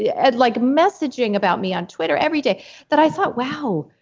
yeah and like messaging about me on twitter every day that i thought, wow,